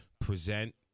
present